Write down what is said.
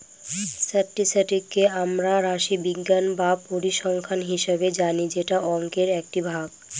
স্ট্যাটিসটিককে আমরা রাশিবিজ্ঞান বা পরিসংখ্যান হিসাবে জানি যেটা অংকের একটি ভাগ